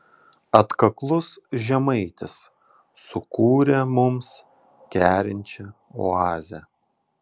atkaklus žemaitis sukūrė mums kerinčią oazę